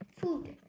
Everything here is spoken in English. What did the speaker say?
food